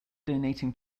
donating